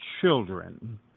children